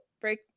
break